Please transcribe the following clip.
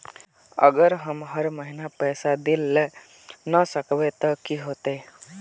अगर हम हर महीना पैसा देल ला न सकवे तब की होते?